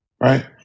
right